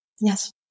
Yes